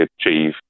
achieve